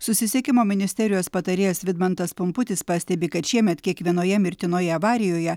susisiekimo ministerijos patarėjas vidmantas pumputis pastebi kad šiemet kiekvienoje mirtinoje avarijoje